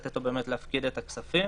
לתת לו אפשרות להפקיד את הכספים,